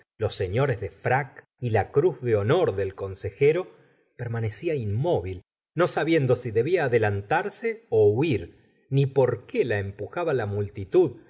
los sefiores de frac y la cruz de honor del consejero permanecía inmóvil no sabiendo si debía adelantarse huir ni por qué la empujaba la multitud